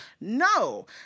No